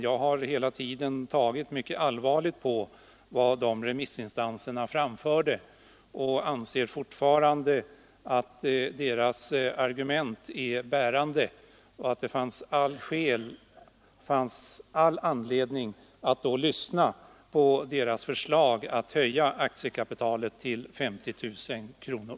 Jag har hela tiden tagit mycket allvarligt på vad dessa remissinstanser framfört. Jag anser fortfarande att deras argument är bärande och att det fanns all anledning att då lyssna till förslaget att höja aktiekapitalet till 50 000 kronor.